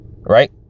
Right